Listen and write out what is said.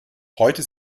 heute